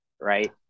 right